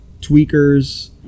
tweakers